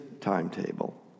timetable